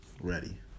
Ready